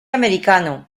americano